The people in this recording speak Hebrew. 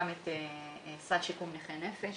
גם את סל שיקום נכי נפש.